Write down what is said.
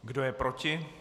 Kdo je proti?